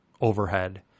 overhead